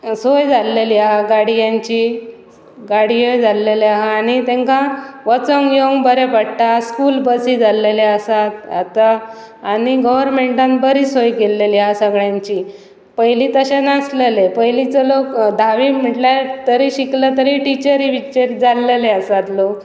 सोय जाल्लेली आसा गाडयांची गाडयोय जाल्लेले आसा आनी तांकां वचोंक येवंक बरें पडटा स्कूल बसी जाल्लेले आसात आतां आनी गोवरमेंटान बरी सोय केल्ली आसा सगळ्यांची पयलीं तशें नासलेले पयलींचो लोक धावी म्हटल्यार तरी शिकले तरी टिचरी विचरी जाल्लेले आसात लोक